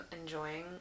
enjoying